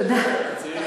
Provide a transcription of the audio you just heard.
את עדיין צעירה.